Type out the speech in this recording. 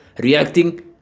Reacting